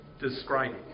describing